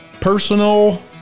personal